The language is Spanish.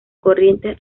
corrientes